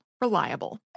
reliable